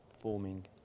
forming